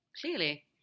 clearly